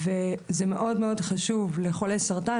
למרות שזה מאוד מאוד חשוב לחולי סרטן.